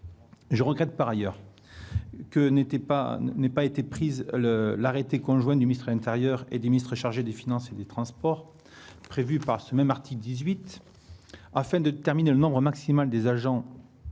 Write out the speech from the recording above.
Je regrette, par ailleurs, que n'ait pas été pris l'arrêté conjoint du ministre de l'intérieur et des ministres chargés des finances et des transports, prévu par ce même article 18, afin de déterminer le nombre maximal des agents de